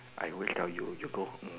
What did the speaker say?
I always tell you you go err